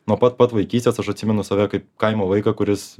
nuo pat pat vaikystės aš atsimenu save kaip kaimo vaiką kuris